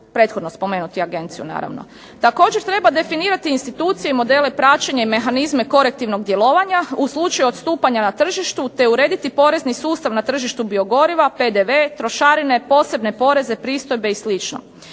prethodno spomenutu agenciju. Također treba definirati institucije i modele praćenja i mehanizme korektivnog djelovanja u slučaju odstupanja na tržištu te urediti porezni sustav na tržištu biogoriva, PDV, trošarine, posebne poreze, pristojbe i